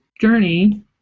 journey